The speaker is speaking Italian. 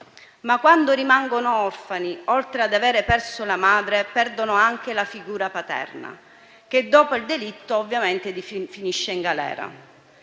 Ma quando rimangono orfani, oltre ad avere perso la madre, perdono anche la figura paterna, che dopo il delitto ovviamente finisce in galera.